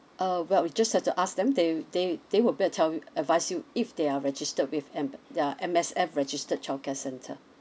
uh well you just have to ask them they w~ they they will be able to tell you advise you if they are registered with M~ they are M_S_F registered childcare centre